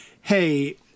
hey